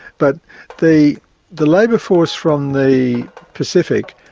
but the the labour force from the pacific,